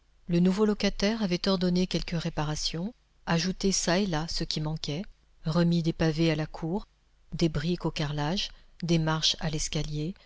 le nouveau locataire avait ordonné quelques réparations ajouté çà et là ce qui manquait remis des pavés à la cour des briques aux carrelages des marches à l'escalier